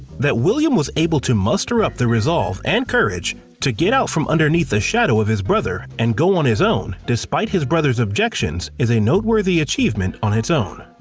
that william was able to muster up the resolve and courage to get out from underneath the shadow of his brother and go out on his own, despite his brother's objections is a noteworthy achievement on its own.